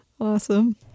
Awesome